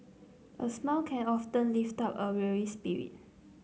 a smile can often lift up a weary spirit